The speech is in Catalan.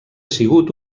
sigut